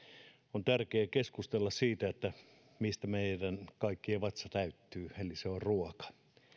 on tärkeää keskustella siitä mistä meidän kaikkien vatsa täyttyy se on ruoka